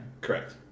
Correct